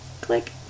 Click